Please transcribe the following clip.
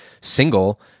single